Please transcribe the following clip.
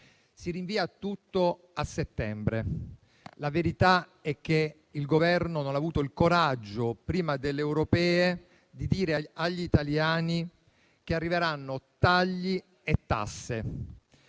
Si rinvia tutto a settembre. La verità è che il Governo non ha avuto il coraggio, prima delle elezioni europee, di dire agli italiani che arriveranno tagli e tasse,